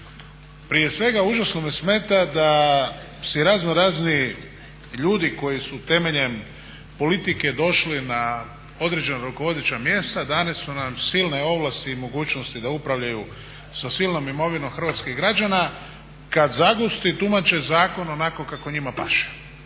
Prije svega užasno me smeta da si razno razni ljudi koji su temeljem politike došli na određena rukovodeća mjesta dane su nam silne ovlasti i mogućnosti da upravljaju sa silnom imovinom hrvatskih građana kada zagusti tumače zakon onako kako njima paše.